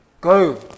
Go